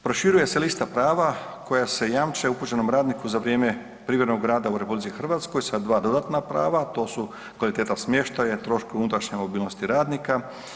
Proširuje se lista prava koja se jamče upućenom radniku za vrijeme privremenog rada u RH sa 2 dodatna prava, to su kvaliteta smještaja i troškovi unutrašnje mobilnosti radnika.